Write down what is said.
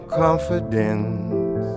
confidence